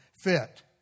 fit